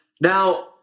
Now